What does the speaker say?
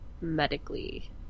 medically